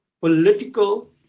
political